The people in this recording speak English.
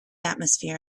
atmosphere